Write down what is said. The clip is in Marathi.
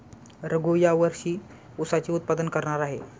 रघू या वर्षी ऊसाचे उत्पादन करणार आहे